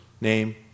name